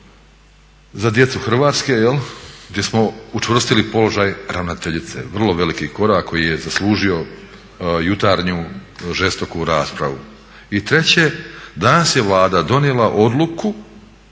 za djedu Hrvatske, gdje smo učvrstili položaj ravnateljice. Vrlo veliki korak koji je zaslužio jutarnju žestoku raspravu. I treće, danas je Vlada donijela odluku